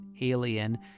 Alien